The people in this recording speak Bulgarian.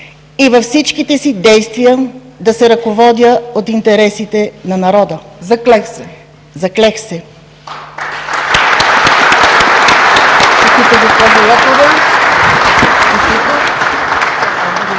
и във всичките си действия да се ръководя от интересите на народа. Заклех се!“